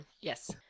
Yes